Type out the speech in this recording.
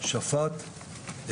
שועפט,